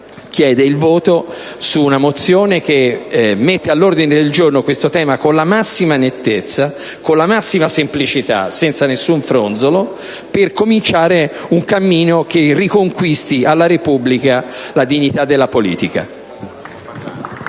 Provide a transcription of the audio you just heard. chiede il voto su una mozione che mette all'ordine del giorno questo tema con la massima nettezza, con la massima semplicità, senza nessun fronzolo, per cominciare un cammino che riconquisti alla Repubblica la dignità della politica.